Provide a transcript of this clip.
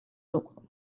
lucru